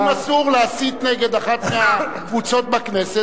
כי אם אסור להסית נגד אחת מהקבוצות בכנסת,